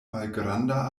malgranda